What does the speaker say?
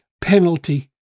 penalty